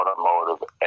Automotive